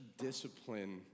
discipline